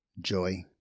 joy